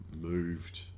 moved